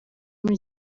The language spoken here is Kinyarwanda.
muri